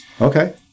okay